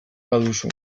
baduzu